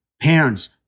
Parents